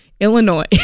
illinois